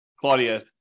Claudia